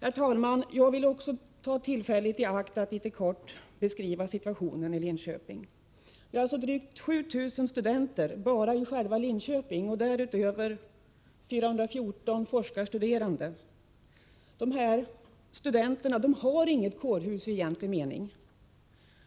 Herr talman! Jag vill också ta tillfället i akt att kortfattat beskriva situationen i Linköping. Vi har drygt 7 000 studenter bara i själva Linköping och därutöver 414 forskarstuderande. Dessa studenter har inget kårhus i egentlig mening.